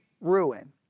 ruin